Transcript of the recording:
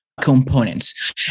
components